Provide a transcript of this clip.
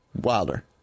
Wilder